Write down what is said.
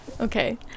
okay